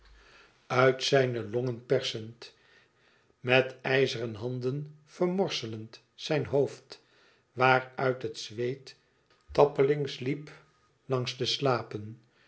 uit zijne longen persend met ijzeren handen vermorselend zijn hoofd waaruit het zweet tappelings liep langs de slapen